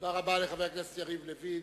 תודה רבה לחבר הכנסת לוין,